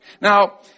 Now